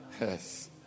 Yes